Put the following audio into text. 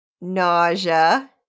Nausea